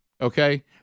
Okay